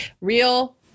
Real